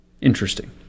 Interesting